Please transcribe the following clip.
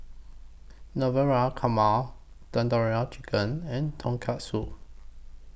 Navratan Korma Tandoori Chicken and Tonkatsu